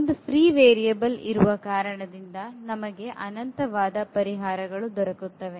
ಒಂದು free variable ಇರುವ ಕಾರಣದಿಂದ ನಮಗೆ ಅನಂತವಾದ ಪರಿಹಾರಗಳು ದೊರಕುತ್ತದೆ